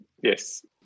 Yes